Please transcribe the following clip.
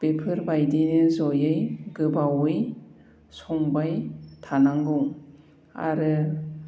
बेफोरबायदिनो जयै गोबावै संबाय थानांगौ आरो